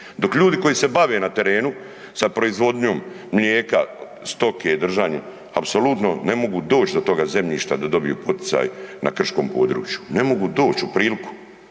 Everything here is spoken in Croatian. Dok ljudi koji se bave na terenu sa proizvodnjom mlijeka, stoke držanjem, apsolutno ne mogu doći do toga zemljišta da dobiju potican na krškom području. Ne mogu doći u priliku.